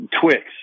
Twix